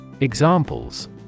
Examples